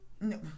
No